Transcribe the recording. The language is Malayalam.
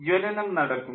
ജ്വലനം നടക്കുന്നു